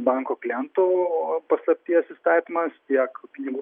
banko klientų paslapties įstatymas tiek pinigų